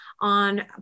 on